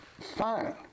Fine